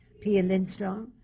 pia lindstrom,